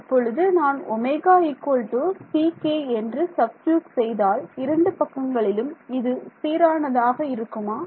இப்பொழுது நான் ω ck என்று சப்ஸ்டிட்யூட் செய்தால் இரண்டு பக்கங்களிலும் இது சீரானதாக இருக்குமா